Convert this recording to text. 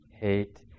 hate